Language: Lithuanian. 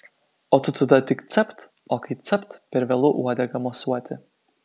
o tu tada tik capt o kai capt per vėlu uodega mosuoti